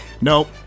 Nope